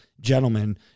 gentlemen